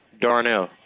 Darnell